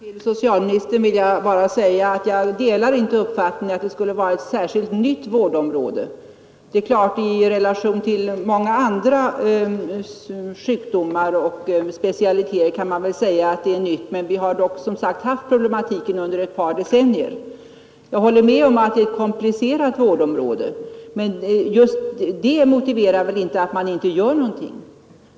Herr talman! Till socialministern vill jag bara säga att jag inte delar uppfattningen att det skulle röra sig om ett nytt vårdområde. I relation till många andra sjukdomar och specialiteter är det klart att man kan säga att det är nytt, men vi har — som sagt — haft problematiken under ett par decennier. Jag håller med om att det är ett komplicerat vårdområde, men just det motiverar väl inte att man inte gör någonting.